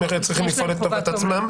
הם צריכים לפעול לטובת עצמם?